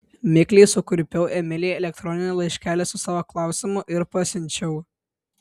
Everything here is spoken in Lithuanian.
mikliai sukurpiau emilijai elektroninį laiškelį su savo klausimu ir pasiunčiau